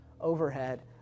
overhead